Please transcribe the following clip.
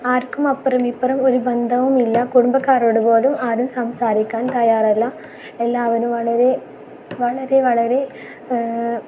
ആർക്കും അപ്പുറം മിപ്പ്രം ഒരു ബന്ധവുമില്ല കുടുംബക്കാരോട് പോലും ആരും സംസാരിക്കാൻ തയാറല്ല എല്ലാവരും വളരെ വളരെ വളരെ